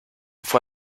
fue